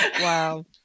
Wow